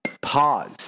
Pause